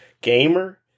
gamer